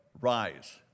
rise